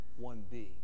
1B